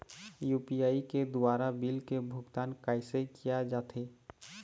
UPI के द्वारा bill के भुगतान कैसे किया जाथे?